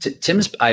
Tim's